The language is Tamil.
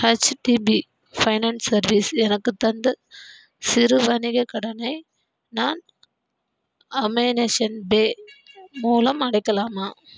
ஹெச்டிபி ஃபைனான்ஸ் சர்வீஸ் எனக்கு தந்த சிறு வணிகக் கடனை நான் அமேனேஸன் பே மூலம் அடைக்கலாமா